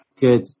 good